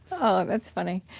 oh, that's funny.